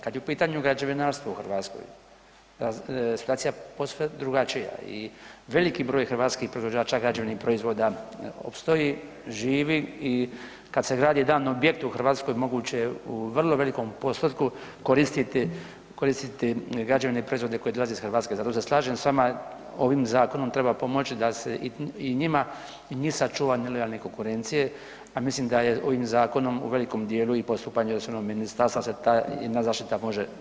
Kad je u pitanju građevinarstvo u Hrvatskoj, situacija je posve drugačija i veliki broj hrvatskih proizvođača građevnih proizvoda opstoji, živi i kad se gradi jedan objekt u Hrvatskoj, moguće je u vrlo velikom postotku koristiti građevne proizvode koji dolaze iz Hrvatske, zato se slažem s vama, ovim zakonom treba pomoći da se i njima i njih sačuva od nelojalne konkurencije, a mislim da je ovim zakonom u velikom djelu i postupanje resornog ministarstva se ta jedna zaštita može realizirati.